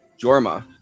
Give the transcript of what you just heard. Jorma